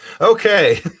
Okay